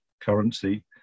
currency